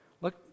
Look